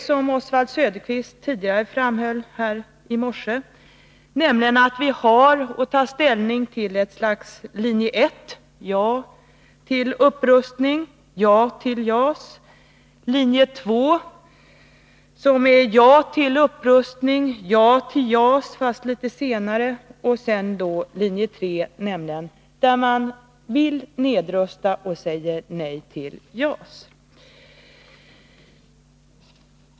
Som Oswald Söderqvist tidigare framhöll här i morse har vi att ta ställning till en linje 1, där man säger ja till upprustning, ja till JAS, en linje 2, där man säger ja till upprustning och ja till JAS, fast litet senare, samt en linje 3, där man vill nedrusta och säger nej till JAS.